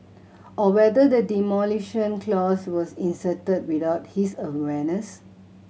or whether the demolition clause was inserted without his awareness